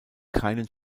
keinen